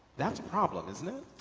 that's a problem, isn't it?